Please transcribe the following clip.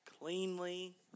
Cleanly